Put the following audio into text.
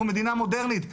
אנחנו מדינה מודרנית.